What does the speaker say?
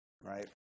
Right